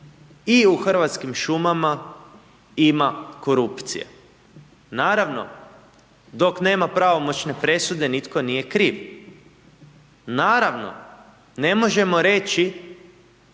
i u Hrvatskim šumama ima korupcije. Naravno dok nema pravomoćne presude nitko nije kriv. Naravno, ne možemo reći